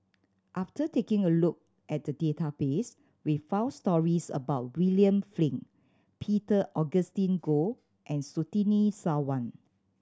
after taking a look at the database we found stories about William Flint Peter Augustine Goh and Surtini Sarwan